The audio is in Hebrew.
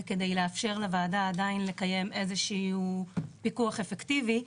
וכדי לאפשר לוועדה עדיין לקיים איזה שהוא פיקוח אפקטיבי,